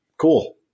Cool